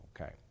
Okay